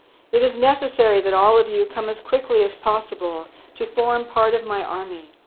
it is necessary that all of you come as quickly as possible to form part of my army.